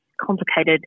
complicated